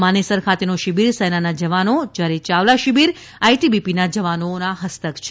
માનેસર ખાતેનો શિબીર સેનાના જવાનો જયારે યાવલા શિબીર આઇટીબીપીના જવાનોના હસ્તક છે